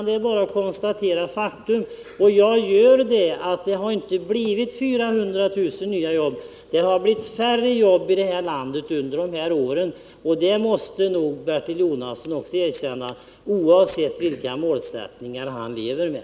Det är bara att konstatera faktum. Och jag gör det: Det har inte blivit 400 000 nya jobb. Det har blivit färre jobb här i landet under de här åren. Det måste nog Bertil Jonasson också erkänna, oavsett vilka målsättningar han lever med.